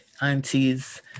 aunties